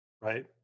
right